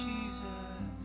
Jesus